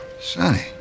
Sonny